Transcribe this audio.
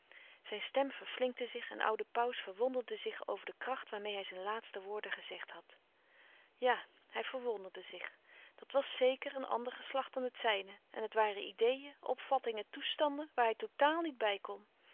zijn stem verflinkte zich en oude pauws verwonderde zich over de kracht waarmeê hij zijn laatste woorden gezegd had ja louis couperus van oude menschen de dingen die voorbij gaan hij verwonderde zich dat was zèker een ander geslacht dan het zijne en het waren ideeën opvattingen toestanden waar hij totaal niet bij kon